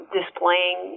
displaying